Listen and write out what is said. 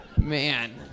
Man